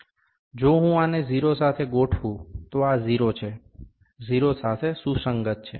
જો હું આને 0 સાથે ગોઠવું તો આ 0 છે 0 સાથે સુસંગત છે